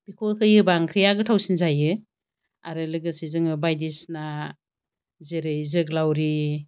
बेखौ होयोबा ओंख्रिया गोथावसिन जायो आरो लोगोसे जोङो बायदिसिना जेरै जोग्लावरि